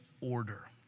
order